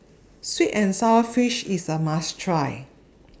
Sweet and Sour Fish IS A must Try